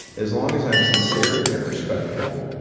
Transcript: as long as i'm sincere and respectful,